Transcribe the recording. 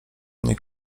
mnie